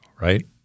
right